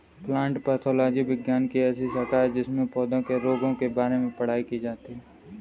plant pathology विज्ञान की ऐसी शाखा है जिसमें पौधों के रोगों के बारे में पढ़ाई की जाती है